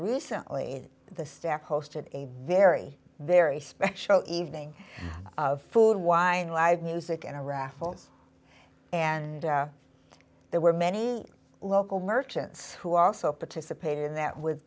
recently the staff hosted a very very special evening of food wine live music and a raffles and there were many local merchants who also participated in that with